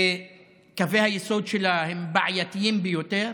וקווי היסוד שלה הם בעייתיים ביותר.